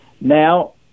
now